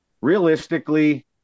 Realistically